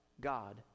God